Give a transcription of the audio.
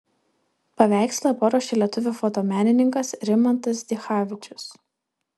paveikslą paruošė lietuvių fotomenininkas rimantas dichavičius